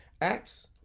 Acts